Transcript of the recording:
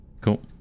Cool